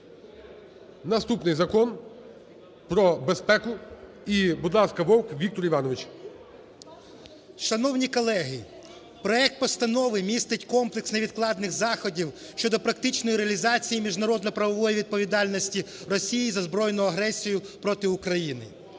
наступний Закон про безпеку. І, будь ласка, Вовк Віктор Іванович. 16:24:15 ВОВК В.І. Шановні колеги, проект постанови містить комплекс невідкладних заходів щодо практичної реалізації міжнародно-правової відповідальності Росії за збройну агресію проти України.